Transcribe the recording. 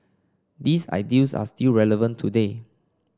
these ideals are still relevant today